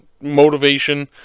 motivation